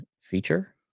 feature